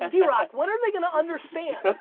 ah yeah drock when are they going to understand?